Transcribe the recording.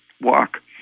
walk